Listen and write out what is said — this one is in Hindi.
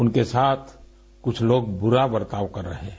उनके साथ कुछ लोग बुरा वर्ताव कर रहे हैं